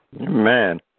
Amen